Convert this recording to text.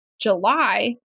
July